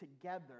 together